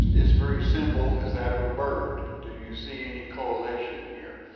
its very symbol, is that of a bird, do you see any correlation here?